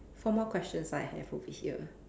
four more questions I have over here